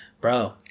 Bro